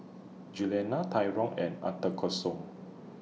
Juliana Tyron and